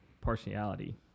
partiality